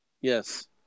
Yes